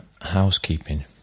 Housekeeping